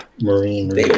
marine